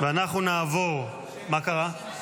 מה קרה?